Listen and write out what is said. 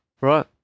Right